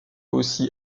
aussi